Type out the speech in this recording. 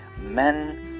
men